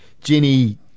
Jenny